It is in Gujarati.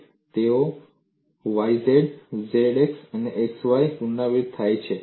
તેઓ yz zx xy પુનરાવર્તિત થાય છે